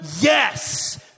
yes